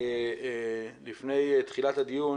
לפני תחילת הדיון